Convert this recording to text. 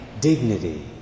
dignity